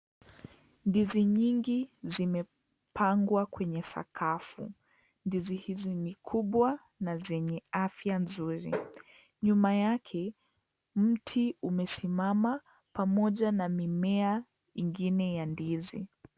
Ndizi nyingi zimepangwa kwenye sakafu. Ndizi hizi ni kubwa na zenye afya nzuri. Nyuma yake mti umesimama pamoja na mimea ngine ya ndizi.